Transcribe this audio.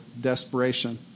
desperation